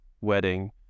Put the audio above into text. wedding